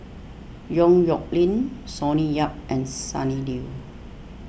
Yong Nyuk Lin Sonny Yap and Sonny Liew